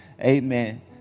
Amen